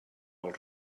els